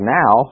now